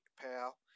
pal